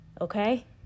Okay